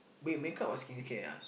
babe make-up or skincare ah